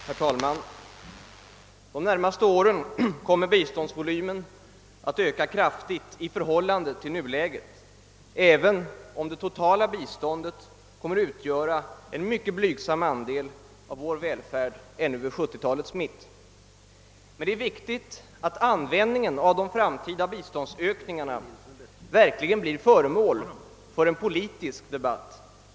Herr talman! Under de närmaste åren kommer biståndsvolymen att öka kraftigt i förhållande till vad som är fallet i nuläget, även om det totala biståndet kommer att utgöra en mycket blygsam andel av vår välfärd ännu vid 1970-talets mitt. Men det är viktigt att användningen av de framtida biståndsökningarna verkligen blir föremål för en politisk debatt.